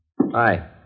Hi